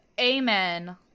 amen